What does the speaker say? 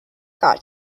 got